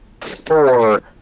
four